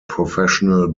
professional